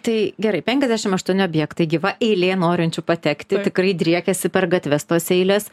tai gerai penkiasdešim aštuoni objektai gyva eilė norinčių patekti tikrai driekiasi per gatves tos eilės